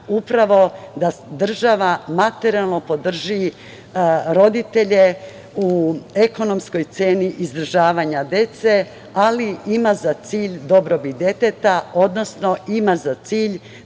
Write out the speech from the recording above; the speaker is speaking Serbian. upravo da država materijalno podrži roditelje u ekonomskoj ceni izdržavanja dece, ali ima za cilj dobrobit deteta, odnosno ima za cilj